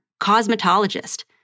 cosmetologist